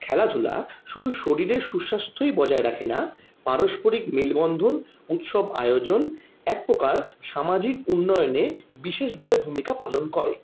খেলাধুলা শুধু শরীরের সুস্বাস্থ্যই বজায় রাখে না পারস্পরিক মেলবন্ধন উৎসব আয়োজন এক প্রকার সামাজিক উন্নয়নে বিশেষভাবে ভূমিকা পালন করে